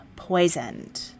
poisoned